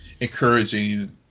encouraging